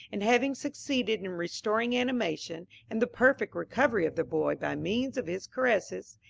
and having succeeded in restoring animation, and the perfect recovery of the boy, by means of his caresses,